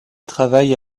travaille